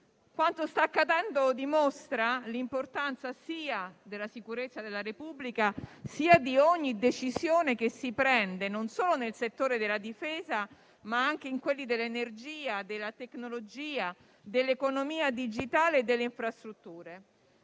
Quanto sta accadendo dimostra l'importanza, sia della sicurezza della Repubblica, sia di ogni decisione che si prende, non solo nel settore della difesa, ma anche in quelli dell'energia, della tecnologia, dell'economia digitale e delle infrastrutture.